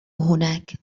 هناك